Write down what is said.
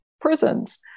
prisons